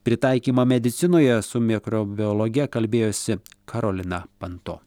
pritaikymą medicinoje su mikrobiologe kalbėjosi karolina panto